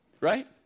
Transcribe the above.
right